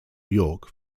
york